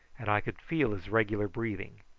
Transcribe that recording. and i could feel his regular breathing.